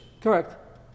Correct